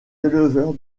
éleveurs